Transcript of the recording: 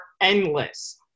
endless